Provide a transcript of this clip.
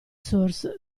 source